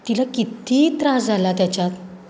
तिला किती त्रास झाला त्याच्यात